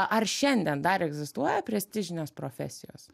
ar šiandien dar egzistuoja prestižinės profesijos